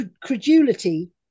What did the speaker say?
credulity